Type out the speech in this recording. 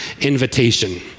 invitation